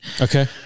Okay